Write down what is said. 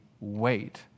wait